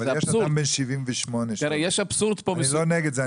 יש אבסורד פה --- אבל יש פה אדם בן 78. אני לא נגד זה,